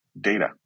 data